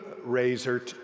razor